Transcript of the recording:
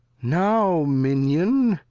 now minion,